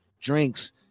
drinks